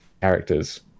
characters